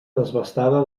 desbastada